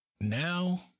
Now